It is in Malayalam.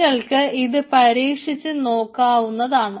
നിങ്ങൾക്ക് ഇത് പരീക്ഷിച്ചു നോക്കാവുന്നതാണ്